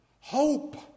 Hope